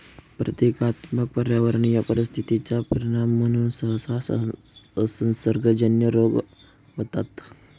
प्रतीकात्मक पर्यावरणीय परिस्थिती चा परिणाम म्हणून सहसा असंसर्गजन्य रोग होतात